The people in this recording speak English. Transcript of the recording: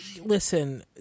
Listen